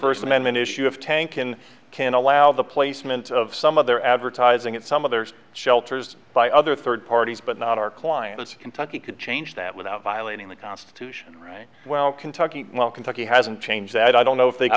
first amendment issue of tankan can allow the placement of some of their advertising at some of their shelters by other third parties but not our clients kentucky could change that without violating the constitution right well kentucky well kentucky hasn't changed that i don't know if